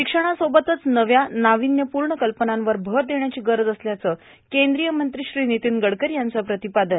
शिक्षणासोबतच नव्या नाावल्यपूण कल्पनेवर भर देण्याची गरज असल्याचं कद्रीय मंत्री श्री नितीन गडकरी यांचं प्रतिपादन